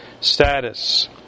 status